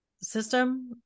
system